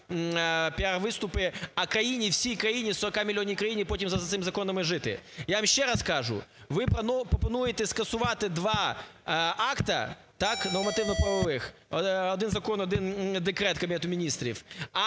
піар-виступи, а країні, всій країні, 40-мільйонній країні, потім за цими законами жити. Я вам ще раз кажу, ви пропонуєте скасувати два акта нормативно-правових: один – закон , один – декрет Кабінету Міністрів